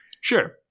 Sure